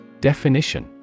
Definition